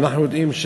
ואנחנו יודעים,